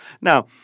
Now